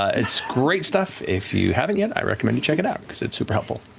ah it's great stuff. if you haven't yet, i recommend you check it out, because it's super helpful.